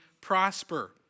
prosper